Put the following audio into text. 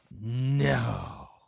No